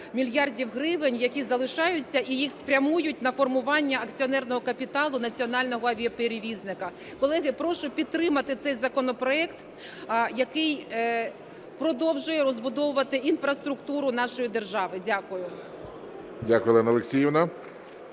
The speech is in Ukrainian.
мільярда гривень, які залишаються, їх спрямують на формування акціонерного капіталу національного авіаперевізника. Колеги, прошу підтримати цей законопроект, який продовжує розбудовувати інфраструктуру нашої держави. Дякую. ГОЛОВУЮЧИЙ. Дякую, Олена Олексіївна.